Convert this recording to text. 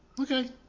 Okay